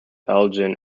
elgin